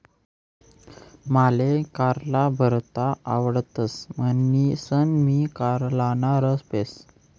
माले कारला भरता आवडतस म्हणीसन मी कारलाना रस पेस